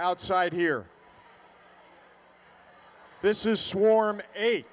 outside here this is swarm eight